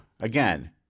Again